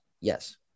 yes